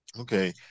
Okay